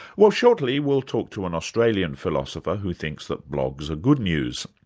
well shortly, we'll talk to an australian philosopher who thinks that blogs are good news.